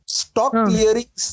stock-clearing